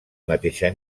mateixa